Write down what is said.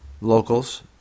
locals